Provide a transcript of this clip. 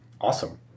Awesome